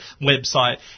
website